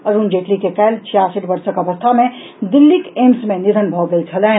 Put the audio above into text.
अरूण जेटली के काल्हि छियासठि वर्षक अवस्था मे दिल्लीक एम्स मे निधन भऽ गेल छलनि